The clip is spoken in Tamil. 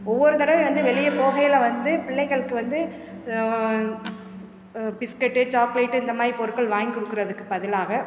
ஒவ்வொரு தடவை வந்து வெளியே போகையில் வந்து பிள்ளைகளுக்கு வந்து பிஸ்கட்டு சாக்லேட்டு இந்த மாதிரி பொருட்கள் வாங்கிக் கொடுக்கறதுக்கு பதிலாக